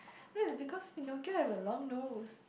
that's because you don't care I have a long nose